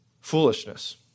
Foolishness